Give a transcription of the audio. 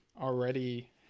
already